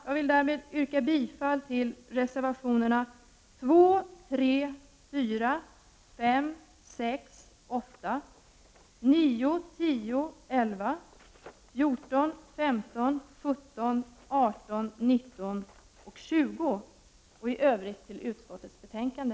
Jag vill därmed yrka bifall till reservationerna 2, 3, 4, 5, 6, 8, 9, 10, 11, 14, 15, 17, 18, 19 och 20 och i övrigt till hemställan i utskottets betänkande.